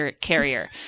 carrier